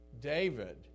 David